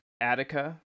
Attica